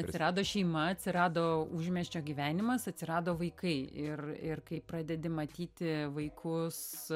atsirado šeima atsirado užmiesčio gyvenimas atsirado vaikai ir ir kai pradedi matyti vaikus